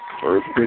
First